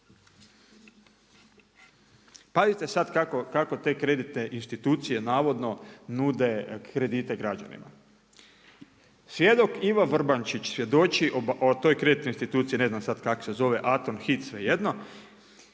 Pazite sad kako te kreditne institucije navodno nude kredite građanima. Svjedok Iva Vrbančić, svjedoči o tom kreditnoj instituciji, ne znam, sad kak se zove, Atom, Hit, svejedno,